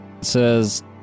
says